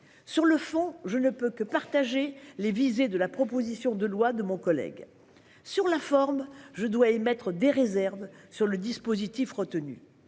Sur le fond, je ne peux que partager les visées de la proposition de loi de notre collègue ; sur la forme, j'émets des réserves sur le dispositif retenu.